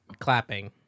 clapping